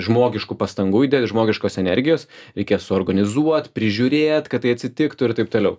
žmogiškų pastangų įdėt žmogiškos energijos reikės suorganizuot prižiūrėt kad tai atsitiktų ir taip toliau